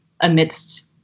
amidst